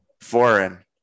foreign